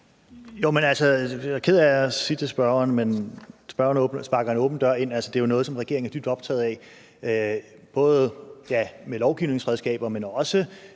Jeg er ked af at sige til spørgeren, at spørgeren sparker en åben dør ind. Altså, det er jo noget, som regeringen er dybt optaget af, både med lovgivningsredskaber, men også i